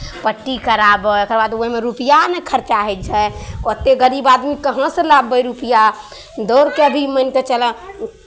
पट्टी कराबह एकर बाद ओहिमे रुपैआ ने खर्चा होइ छै ओतेक गरीब आदमी कहाँसँ लाबबै रुपैआ दौड़ि कऽ भी मानि कऽ चलह